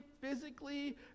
physically